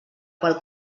qual